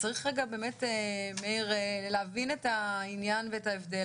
צריך להבין את העניין ואת ההבדל.